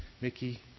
Mickey